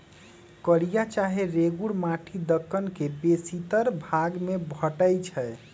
कारिया चाहे रेगुर माटि दक्कन के बेशीतर भाग में भेटै छै